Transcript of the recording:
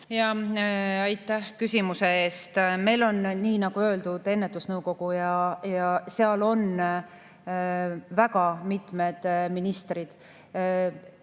Jaa, aitäh küsimuse eest! Meil on, nii nagu öeldud, ennetusnõukogu ja seal on mitu ministrit.